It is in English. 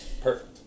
Perfect